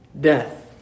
death